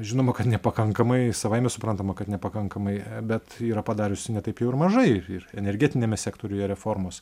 žinoma kad nepakankamai savaime suprantama kad nepakankamai bet yra padarius ne taip jau ir mažai ir energetiniame sektoriuje reformos